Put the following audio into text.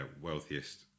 wealthiest